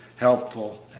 helpful,